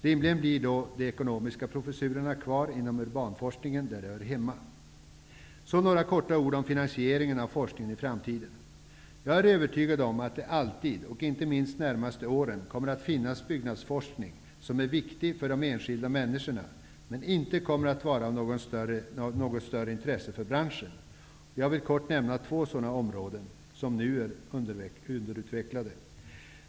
Rimligen blir då de samhällsvetenskapliga professurerna kvar inom urbanforskningen, där de hör hemma. Så några korta ord om finansieringen av forskningen i framtiden. Jag är övertygad om att det alltid, och inte minst under de närmaste åren, kommer att finnas byggnadsforskning som är viktig för de enskilda människorna men inte kommer att vara av något större intresse för branschen. Jag vill kort nämna två sådana områden, som nu är underutvecklade.